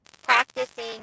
practicing